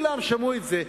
ומשום שכולם שמעו את זה,